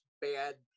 bad